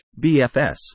BFS